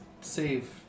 save